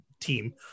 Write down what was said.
team